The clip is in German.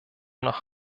nach